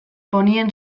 ponien